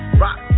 rock